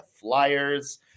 Flyers